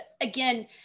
again